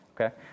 okay